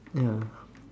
ya